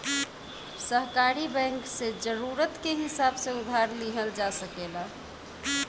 सहकारी बैंक से जरूरत के हिसाब से उधार लिहल जा सकेला